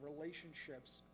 relationships